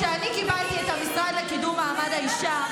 כשאני קיבלתי את המשרד לקידום מעמד האישה,